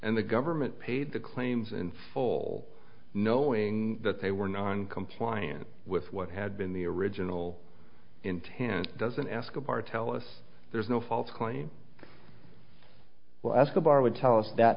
and the government paid the claims in full knowing that they were non compliant with what had been the original intent doesn't escobar tell us there's no false claim well escobar would tell us that